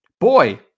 boy